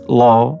law